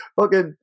okay